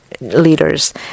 leaders